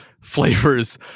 flavors